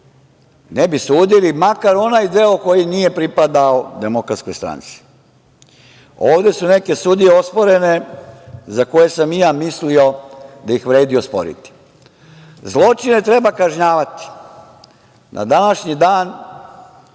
ne bi sudili, makar onaj deo koji nije pripadao DS.Ovde su neke sudije osporene za koje sam i ja mislio da ih vredi osporiti. Zločine treba kažnjavati. Na današnji dan